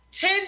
Ten